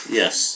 yes